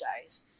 days